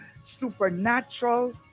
supernatural